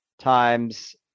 times